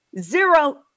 zero